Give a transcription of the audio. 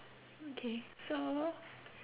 okay so